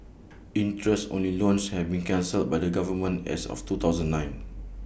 interest only loans have been cancelled by the government as of two thousand and nine